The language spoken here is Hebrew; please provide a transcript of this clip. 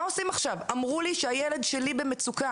מה עושים עכשיו, אמרו לי שהילד שלי במצוקה,